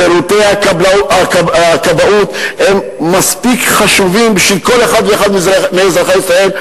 שירותי הכבאות הם מספיק חשובים בשביל כל אחד ואחד מאזרחי ישראל,